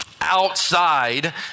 outside